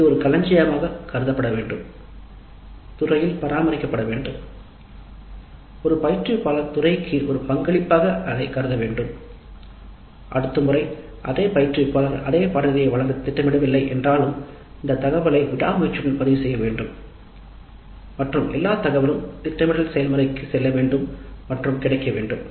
இது ஒரு களஞ்சியமாக கருதப்பட வேண்டும் ஒரு பயிற்றுவிப்பாளர் துறைக்கு ஒரு பங்களிப்பாக அதைக் கருத வேண்டும் நிச்சயமாக அடுத்த முறை அதே பயிற்றுவிப்பாளர் அதே பாடநெறியை வழங்கத் திட்டமிடவில்லை என்றாலும் இந்த தகவலை விடாமுயற்சியுடன் பதிவு செய்ய வேண்டும் மற்றும் எல்லா தரவும் திட்டமிடல் செயல்முறைக்குச் செல்ல வேண்டும்